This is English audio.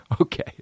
Okay